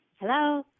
Hello